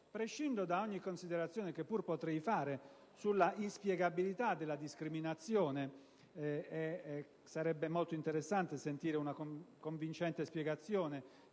Prescindo da ogni considerazione, che pur potrei fare sull'inspiegabilità della discriminazione (sarebbe molto interessante sentire una convincente spiegazione